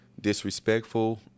disrespectful